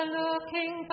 looking